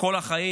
כל החיים.